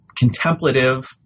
contemplative